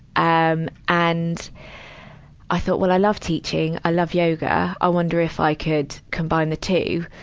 um, and i thought, well, i love teaching. i love yoga. i wonder if i could combine the two.